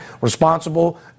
responsible